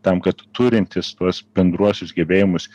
tam kad turintys tuos bendruosius gebėjimus